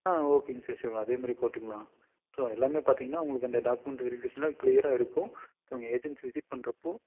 ஓகேங்க sir sure அதேமாதிரி போட்டுக்கலாம் ஸோ எல்லாமே பார்த்திங்கன்னா உங்களுக்கு அந்த டாக்குமெண்ட் வெரிஃபிகேஷனில் கிளீயராக இருக்கும் எங்கள் ஏஜெண்ட்ஸ் விசிட் பண்ணுறப்போ